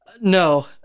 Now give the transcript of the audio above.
no